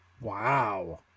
Wow